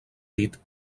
dit